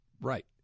Right